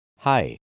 Hi